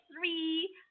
three